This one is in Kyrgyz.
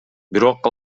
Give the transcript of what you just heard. бирок